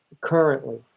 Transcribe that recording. currently